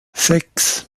sechs